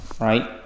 right